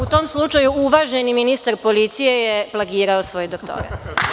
U tom slučaju, uvaženi ministar policije je plagirao svoj doktorat.